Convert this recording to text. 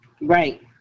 Right